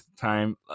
time